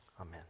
Amen